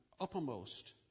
uppermost